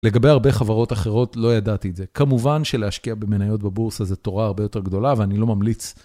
לגבי הרבה חברות אחרות, לא ידעתי את זה. כמובן שלהשקיע במניות בבורס הזה תורה הרבה יותר גדולה, ואני לא ממליץ לעשות את זה כי יש סיכוי גדול שלא תצליח להשקיע בבורס.